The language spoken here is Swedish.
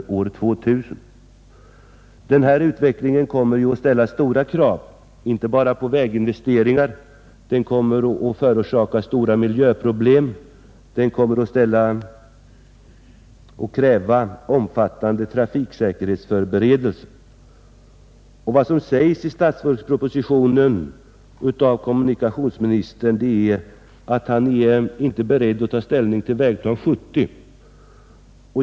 Denna utveckling kommer att ställa stora krav, inte bara på väginvesteringar. Den kommer att förorsaka stora miljöproblem, den kommer att kräva omfattande trafiksäkerhetsförberedelser. Vad som sägs i statsverkspropositionen av kommunikationsministern är att han inte är beredd att ta ställning till Vägplan 70.